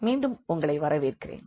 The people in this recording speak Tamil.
மீண்டும் உங்களை வரவேற்கிறேன்